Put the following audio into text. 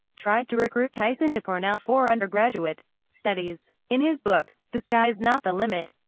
tried to recruit tyson to cornell for undergraduate studies. in his book, the sky is not the limit,